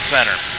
Center